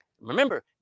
Remember